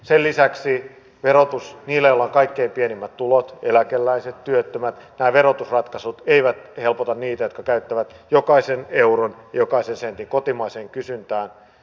sen lisäksi nämä verotusratkaisut eivät helpota niitä joilla on kaikkein pienimmät tulot eläkeläiset työttömät tai verotusratkaisut eivät helpota niitä jotka käyttävät jokaisen euron ja jokaisen sentin kotimaiseen kysyntään